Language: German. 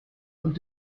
und